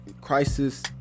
crisis